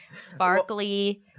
sparkly